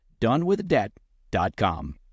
donewithdebt.com